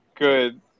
good